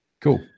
cool